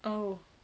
oh